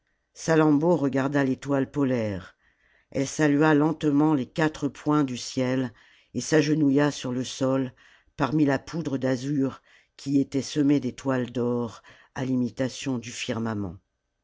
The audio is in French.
salammbô regarda l'étoile polaire elle salua lentement les quatre points du ciel et s'agenouilla sur le sol parmi la poudre d'azur qui était semée d'étoiles d'or à l'imitation du firmament